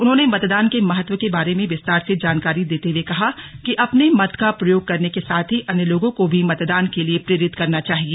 उन्होंने मतदान के महत्व के बारे में विस्तार से जानकारी देते कहा कि अपने मत का प्रयोग करने के साथ ही अन्य लोगों को भी मतदान के लिए प्रेरित करना चाहिए